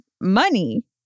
money